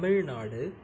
Tamil Nadu